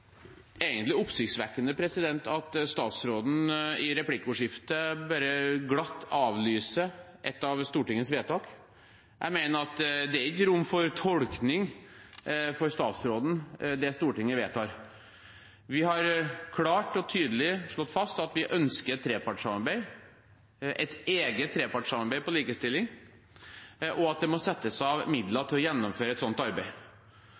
egentlig oppsiktsvekkende at statsråden i replikkordskiftet bare glatt avlyser et av Stortingets vedtak. Jeg mener at det ikke er rom for tolkning hos statsråden av det som Stortinget vedtar. Vi har klart og tydelig slått fast at vi ønsker et eget trepartssamarbeid for likestilling, og at det må settes av midler til å gjennomføre et slikt arbeid.